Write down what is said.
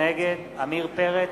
נגד עמיר פרץ,